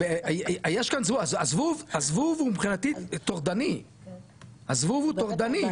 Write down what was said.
יש כאן הזבוב מבחינתי טורדני הזבוב הוא טורדני,